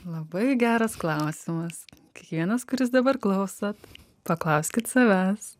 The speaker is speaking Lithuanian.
labai geras klausimas kiekvienas kuris dabar klausot paklauskit savęs